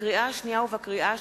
לקריאה שנייה ולקריאה שלישית,